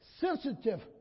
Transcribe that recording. sensitive